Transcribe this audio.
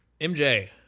MJ